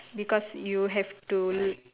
because you have to